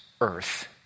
earth